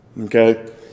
Okay